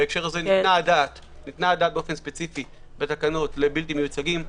ניתנה הדעת בהקשר הזה באופן ספציפי בתקנות לבלתי-מיוצגים.